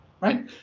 right